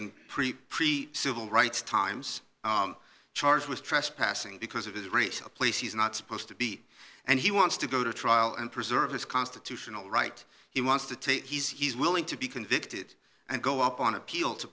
can pretty civil rights times charged with trespassing because of his race a place he's not supposed to be and he wants to go to trial and preserve his constitutional right he wants to take he's willing to be convicted and go up on appeal to